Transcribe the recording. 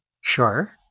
Sure